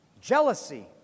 jealousy